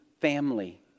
family